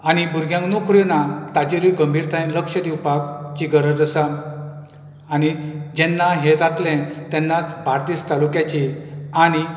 आनी भुरग्यांक नोकऱ्यो ना ताचेरुय गंभीरतायेन लक्ष दिवपाक ची गरज आसा आनी जेन्ना हे जातले तेन्नाच बार्देस तालुक्याचे आनी